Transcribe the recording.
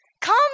come